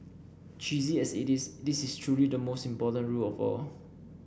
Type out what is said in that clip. cheesy as it is this is truly the most important rule of all